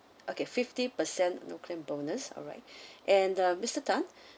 okay fifty percent no claim bonus alright and uh mister tan